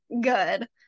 good